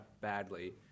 badly